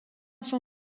son